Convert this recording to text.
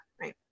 right